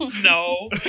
No